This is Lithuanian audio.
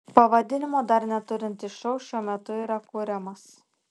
pavadinimo dar neturintis šou šiuo metu yra kuriamas